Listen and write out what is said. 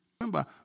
Remember